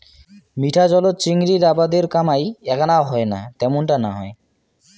মিঠা জলত চিংড়ির আবাদের কামাই এ্যাকনাও হয়না ত্যামুনটা না হয়